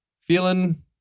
feeling